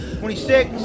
twenty-six